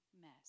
mess